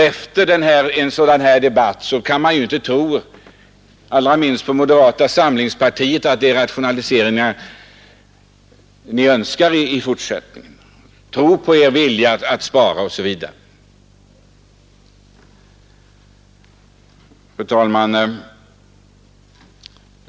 Efter en debatt som denna kan man inte tro, allra minst när det gäller moderata samlingspartiet, att det är rationaliseringar ni önskar i fortsättningen, tro på er vilja att spara osv. Fru talman!